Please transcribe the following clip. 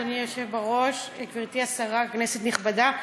אדוני היושב בראש, גברתי השרה, כנסת נכבדה,